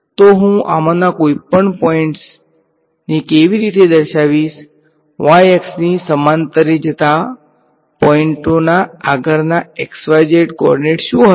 તો હું આમાંના કોઈપણ પોઈંટ્સ ને કેવી રીતે દર્શાવીશ y અક્ષની samaatare જતા પોઇંટઓના આગળના x y z કોઓર્ડિનેટ્સ શું હશે